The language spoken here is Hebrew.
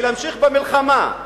היא להמשיך במלחמה,